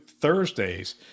Thursdays